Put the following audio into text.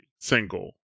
single